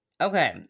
okay